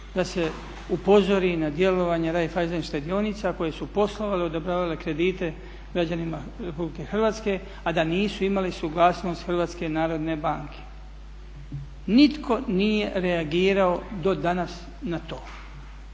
da se upozori na djelovanje Raiffeisen štedionica koje su poslovale, odobravale kredite građanima Republike Hrvatske a da nisu imali suglasnost Hrvatske narodne banke. Nitko nije reagirao do danas na to,